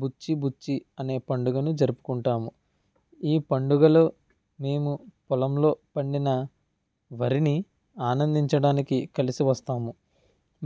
బుచ్చి బుచ్చి అనే పండగను జరుపుకుంటాము ఈ పండుగలో మేము పొలంలో పండిన వరిని ఆనందించడానికి కలిసి వస్తాము